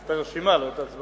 את הרשימה, ולא את ההצבעה.